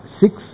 six